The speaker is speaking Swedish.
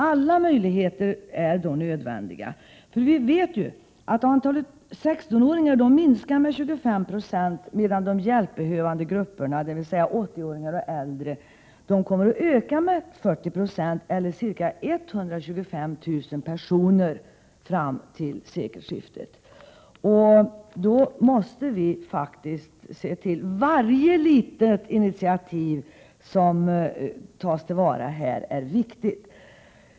Alla möjligheter är det då nödvändigt att tillvarata. Vi vet ju att antalet 16-åringar minskar med 25 976 medan de hjälpbehövande grupperna, dvs. 80-åringar och äldre, kommer att öka med 40 96 eller ca 125 000 personer fram till sekelskiftet. Och då måste vi faktiskt se till att varje litet initiativ tas till vara.